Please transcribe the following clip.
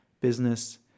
business